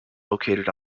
located